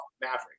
Maverick